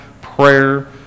prayer